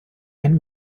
ein